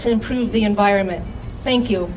to improve the environment thank you